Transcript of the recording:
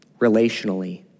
relationally